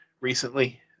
recently